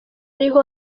ariho